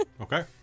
Okay